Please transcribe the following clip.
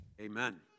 amen